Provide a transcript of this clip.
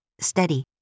Steady